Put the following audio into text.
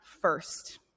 first